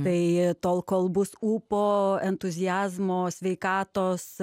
tai tol kol bus ūpo entuziazmo sveikatos